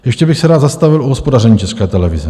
Ještě bych se rád zastavil u hospodaření České televize.